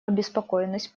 обеспокоенность